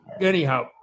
anyhow